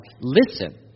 listen